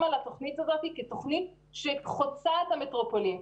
על התוכנית הזאת כתוכנית שחוצה את המטרופולין.